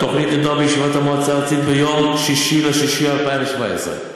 התוכנית נדונה בישיבת המועצה הארצית ביום 6 ביוני 2017,